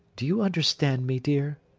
do you understand me, dear